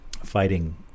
Fighting